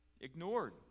ignored